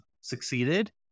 succeeded